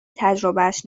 تجربهاش